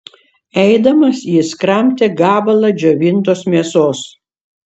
eidamas jis kramtė gabalą džiovintos mėsos